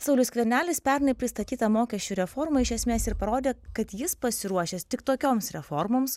saulius skvernelis pernai pristatytą mokesčių reformą iš esmės ir parodė kad jis pasiruošęs tik tokioms reformoms